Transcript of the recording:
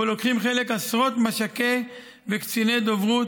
שבו לוקחים חלק עשרות מש"קי וקציני דוברות